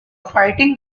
fighting